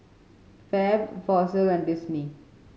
Fab Fossil and Disney